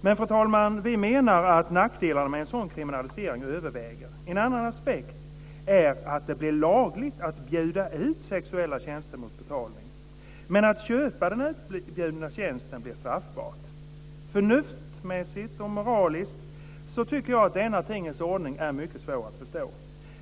Men, fru talman, vi menar att nackdelarna med en sådan kriminalisering överväger. En annan aspekt är att det blir lagligt att bjuda ut sexuella tjänster mot betalning. Men att köpa den utbjudna tjänsten blir straffbart. Förnuftsmässigt och moraliskt tycker jag att denna tingens ordning är mycket svår att förstå.